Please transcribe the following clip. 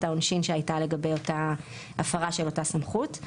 העונשין שהייתה לגבי הפרה של אותה סמכות.